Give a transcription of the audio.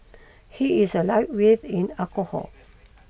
he is a lightweight in alcohol